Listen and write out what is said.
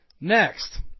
Next